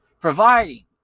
Providing